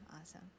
awesome